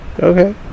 Okay